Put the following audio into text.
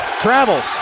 Travels